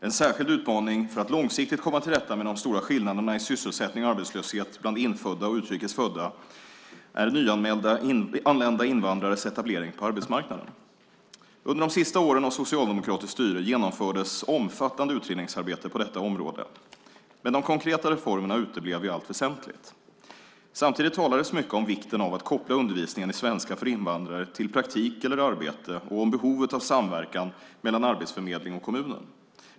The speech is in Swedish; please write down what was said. En särskild utmaning för att långsiktigt komma till rätta med de stora skillnaderna i sysselsättning och arbetslöshet mellan infödda och utrikes födda är nyanlända invandrares etablering på arbetsmarknaden. Under de sista åren av socialdemokratiskt styre genomfördes omfattande utredningsarbete på detta område. Men de konkreta reformerna uteblev i allt väsentligt. Samtidigt talades mycket om vikten av att koppla undervisningen i svenska för invandrare till praktik eller arbete och om behovet av samverkan mellan arbetsförmedling och kommunen.